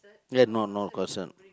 ya no no concert